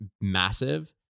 massive